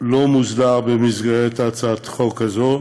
לא מוסדר במסגרת הצעת החוק הזאת,